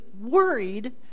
worried